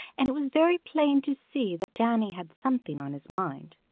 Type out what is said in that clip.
and it was very plain to see that danny had something on his mind.